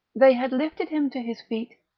they had lifted him to his feet,